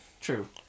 True